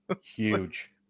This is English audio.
huge